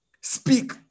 Speak